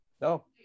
No